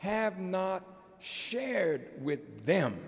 have not shared with them